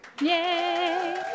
Yay